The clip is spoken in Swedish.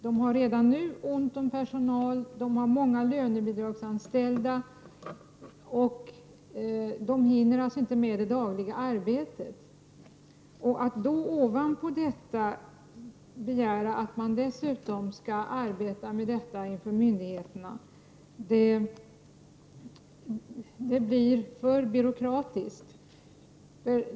De har redan nu ont om personal, och de har många lönebidragsanställda. De hinner inte med det dagliga arbetet. Att då ovanpå detta begära att man dessutom skall arbeta inför myndigheterna blir för byråkratiskt.